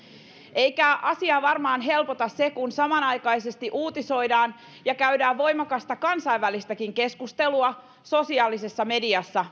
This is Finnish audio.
eikä asiaa varmaan helpota se kun samanaikaisesti uutisoidaan ja käydään voimakasta kansainvälistäkin keskustelua meistä sosiaalisessa mediassa